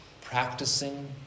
practicing